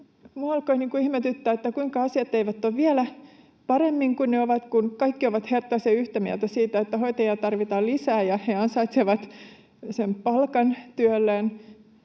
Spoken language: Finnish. Minua alkoi ihmetyttää, kuinka asiat eivät ole vielä paremmin kuin ne ovat, kun kaikki ovat herttaisen yhtä mieltä siitä, että hoitajia tarvitaan lisää ja he ansaitsevat sen palkan työlleen.